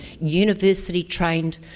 university-trained